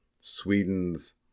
Sweden's